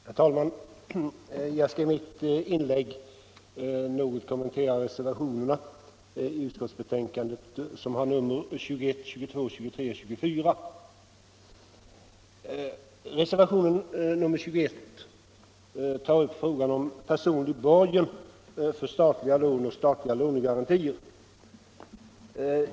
Herr talman! Jag skall i mitt inlägg något kommentera reservationerna 21, 22, 23 och 24. Reservationen 21 tar upp frågan om personlig borgen för statliga lån och statliga kreditgarantier.